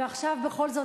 ועכשיו בכל זאת,